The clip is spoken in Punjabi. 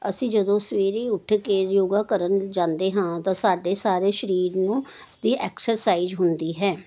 ਅਸੀਂ ਜਦੋਂ ਸਵੇਰੇ ਉੱਠ ਕੇ ਯੋਗਾ ਕਰਨ ਜਾਂਦੇ ਹਾਂ ਤਾਂ ਸਾਡੇ ਸਾਰੇ ਸਰੀਰ ਨੂੰ ਉਸਦੀ ਐਕਸਰਸਾਈਜ਼ ਹੁੰਦੀ ਹੈ